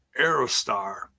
Aerostar